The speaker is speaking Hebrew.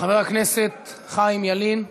חבר הכנסת חיים ילין,